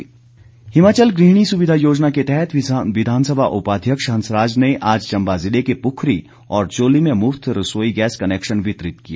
गृहिणी सुविधा हिमाचल गृहिणी सुविधा योजना के तहत विधानसभा उपाध्यक्ष हंसराज ने आज चम्बा जिले के पुखरी और चोली में मुफ्त रसोई गैस कनैक्शन वितरित किए